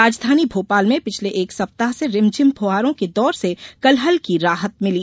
राजधानी भोपाल में पिछले एक सप्ताह से रिमझिम फुहारों के दौर से कल हल्की राहत मिली